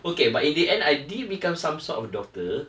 okay but in the end I did become some sort of doctor